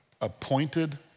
appointed